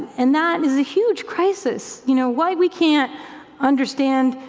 and that is a huge crisis, you know why we can't understand,